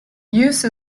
use